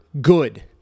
good